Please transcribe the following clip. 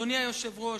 אדוני היושב-ראש,